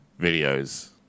videos